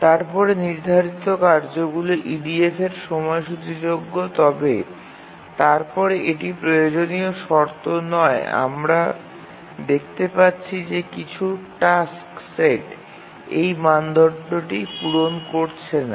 তারপরে নির্ধারিত কার্যগুলি EDF এ সময়সূচীযোগ্য তবে তারপরে এটি প্রয়োজনীয় শর্ত নয় কারণ আমরা দেখতে পাচ্ছি যে কিছু টাস্ক সেট এই মানদণ্ডটি পূরণ করছে না